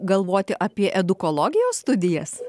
galvoti apie edukologijos studijas